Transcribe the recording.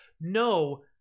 no